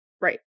Right